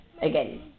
again